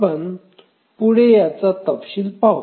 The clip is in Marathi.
आपण पुढे जाताना याचा तपशील पाहू